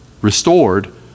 restored